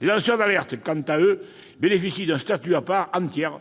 Les lanceurs d'alerte, quant à eux, bénéficient d'un statut à part entière